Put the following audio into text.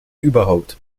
überhaupt